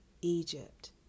Egypt